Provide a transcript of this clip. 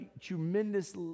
tremendous